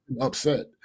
upset